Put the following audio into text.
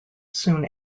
soon